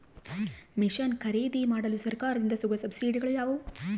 Mission ಖರೇದಿಮಾಡಲು ಸರಕಾರದಿಂದ ಸಿಗುವ ಸಬ್ಸಿಡಿಗಳು ಯಾವುವು?